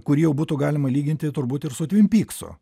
kurį jau būtų galima lyginti turbūt ir su tvimpyksu